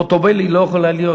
חוטובלי לא יכולה להיות,